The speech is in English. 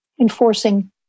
enforcing